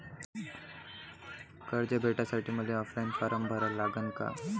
कर्ज भेटासाठी मले ऑफलाईन फारम भरा लागन का?